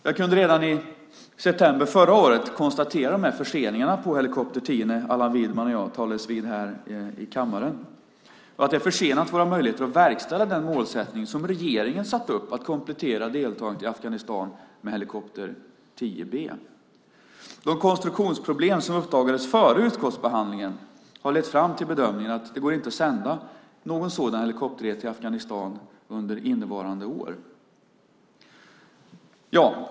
Jag kunde redan i september förra året konstatera de här förseningarna på helikopter 10 när Allan Widman och jag talades vid här i kammaren och att de försenat våra möjligheter att verkställa den målsättning som regeringen satt upp att komplettera deltagandet i Afghanistan med helikopter 10 B. De konstruktionsproblem som uppdagades före utskottsbehandlingen har lett fram till bedömningen att det inte går att sända någon sådan helikopterenhet till Afghanistan under innevarande år.